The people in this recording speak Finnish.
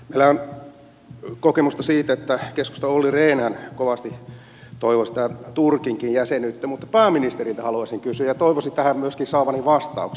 meillä on kokemusta siitä että keskustan olli rehnhän kovasti toivoo sitä turkinkin jäsenyyttä mutta pääministeriltä haluaisin kysyä ja toivoisin tähän myöskin saavani vastauksen